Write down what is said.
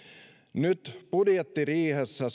nyt budjettiriihessä